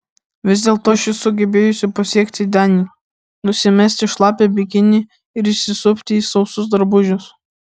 vis dėlto ši sugebėjusi pasiekti denį nusimesti šlapią bikinį ir įsisupti į sausus drabužius